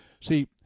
See